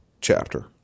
chapter